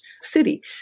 city